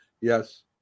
Yes